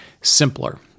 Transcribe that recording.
simpler